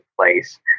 place